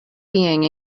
being